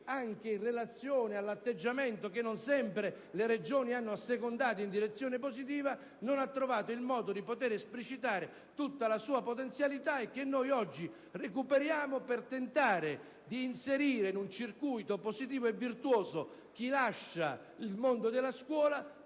Biagi, in relazione all'atteggiamento che non sempre le Regioni hanno assecondato in direzione positiva, non ha trovato il modo di poter esplicitare tutta la sua potenzialità. Noi oggi lo recuperiamo tentando di inserire in un circuito positivo e virtuoso chi lascia il mondo della scuola,